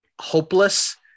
hopeless